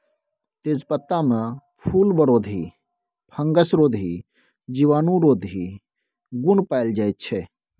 तेजपत्तामे फुलबरोधी, फंगसरोधी, जीवाणुरोधी गुण पाएल जाइ छै